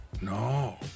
No